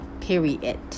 Period